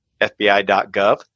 fbi.gov